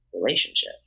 relationship